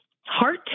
Heart